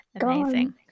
amazing